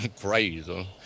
Crazy